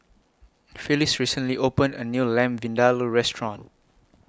Phylis recently opened A New Lamb Vindaloo Restaurant